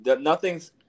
nothing's –